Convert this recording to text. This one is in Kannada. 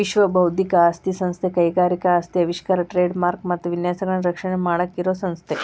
ವಿಶ್ವ ಬೌದ್ಧಿಕ ಆಸ್ತಿ ಸಂಸ್ಥೆ ಕೈಗಾರಿಕಾ ಆಸ್ತಿ ಆವಿಷ್ಕಾರ ಟ್ರೇಡ್ ಮಾರ್ಕ ಮತ್ತ ವಿನ್ಯಾಸಗಳನ್ನ ರಕ್ಷಣೆ ಮಾಡಾಕ ಇರೋ ಸಂಸ್ಥೆ